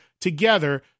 together